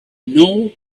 know